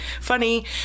funny